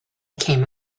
came